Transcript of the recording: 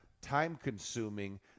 time-consuming